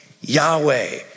Yahweh